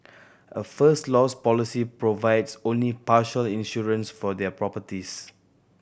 a First Loss policy provides only partial insurance for their properties